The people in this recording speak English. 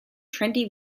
trendy